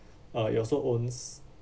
uh it also owns